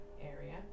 area